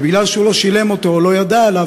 ובגלל שהוא לא שילם אותו או לא ידע עליו,